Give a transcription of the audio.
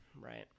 right